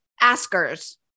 askers